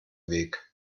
weg